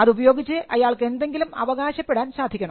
അത് ഉപയോഗിച്ച് അയാൾക്ക് എന്തെങ്കിലും അവകാശപ്പെടാൻ സാധിക്കണം